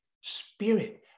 spirit